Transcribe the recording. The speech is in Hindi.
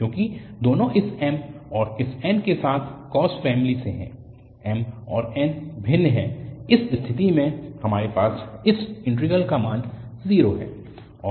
क्योंकि दोनों इस m और इस n के साथ cos फैमिली से हैं m और n भिन्न हैं उस स्थिति में हमारे पास इस इन्टीग्रल का मान 0 है